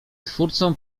twórcą